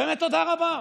באמת תודה רבה.